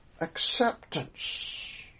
acceptance